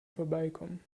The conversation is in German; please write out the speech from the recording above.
vorbeikommen